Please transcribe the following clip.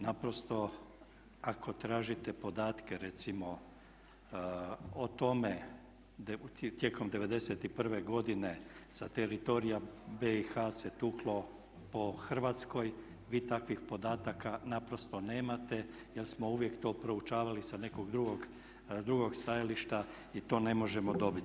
Naprosto ako tražite podatke recimo o tome da je tijekom '91. godine sa teritorija BiH se tuklo po Hrvatskoj vi takvih podataka naprosto nemate jer smo uvijek to proučavali sa nekog drugog stajališta i to ne možemo dobiti.